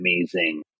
amazing